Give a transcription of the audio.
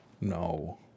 No